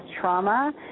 trauma